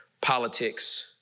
politics